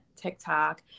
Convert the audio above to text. TikTok